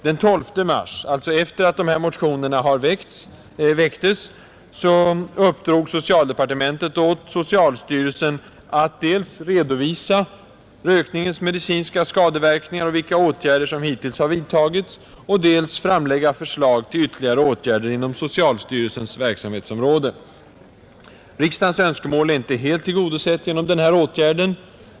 Den 12 mars, alltså efter det att de här motionerna väcktes, uppdrog socialdepartementet åt socialstyrelsen att dels redovisa rökningens medicinska skadeverkningar och vilka åtgärder som hittills vidtagits, dels framlägga förslag till ytterligare åtgärder inom socialstyrelsens verksamhetsområde. Riksdagens önskemål är inte helt tillgodosett genom den här åtgärden.